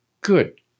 good